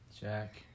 jack